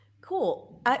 Cool